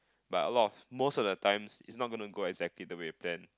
but a lot of most of the times its not gonna go exactly the way planned